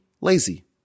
lazy